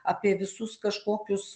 apie visus kažkokius